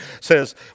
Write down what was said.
says